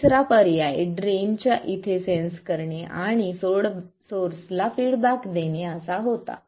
तिसरा पर्याय ड्रेन च्या इथे सेंन्स करणे आणि सोर्स ला फीडबॅक देणे असा होता